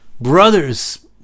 brothers